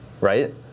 right